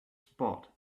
spot